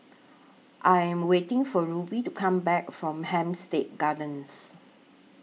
I Am waiting For Ruby to Come Back from Hampstead Gardens